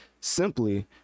simply